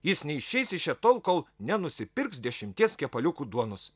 jis neišeis iš čia tol kol nenusipirks dešimties kepaliukų duonos